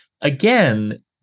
again